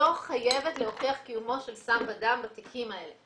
אני לא חייבת להוכיח קיומו של סם בדם בתיקים האלה.